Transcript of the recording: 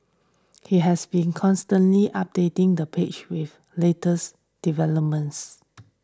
he has been constantly updating the page with latest developments